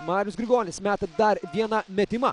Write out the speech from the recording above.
marius grigonis meta dar vieną metimą